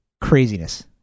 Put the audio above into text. Craziness